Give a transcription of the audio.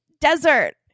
desert